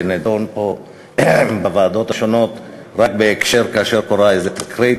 ונדון פה בוועדות השונות רק כאשר קורית איזו תקרית.